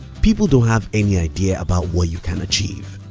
people don't have any idea about what you can achieve.